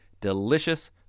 delicious